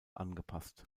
angepasst